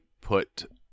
put